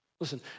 Listen